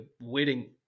wedding